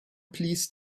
please